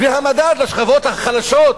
והמדד לשכבות החלשות,